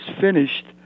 finished